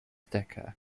decker